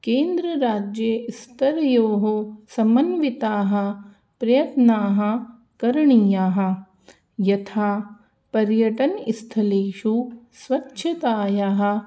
केन्द्रीयराज्यस्तरयोः समन्विताः प्रयत्नाः करणीयाः यथा पर्यटनस्थलेषु स्वच्छतायाः